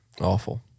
awful